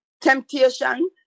temptation